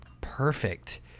perfect